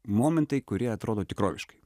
momentai kurie atrodo tikroviškai